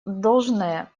должное